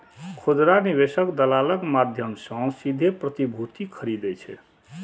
खुदरा निवेशक दलालक माध्यम सं सीधे प्रतिभूति खरीदै छै